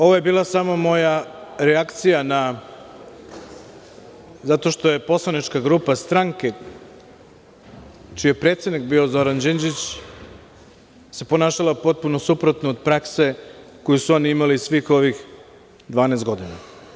Ovo je bila samo moja reakcija zato što se poslanička grupa stranke čiji je predsednik bio Zoran Đinđić ponašala potpuno suprotno od prakse koju su oni imali svih ovih 12 godina.